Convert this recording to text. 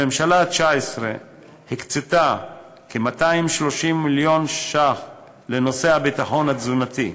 הממשלה הקצתה כ-230 מיליון ש"ח לנושא הביטחון התזונתי,